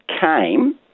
came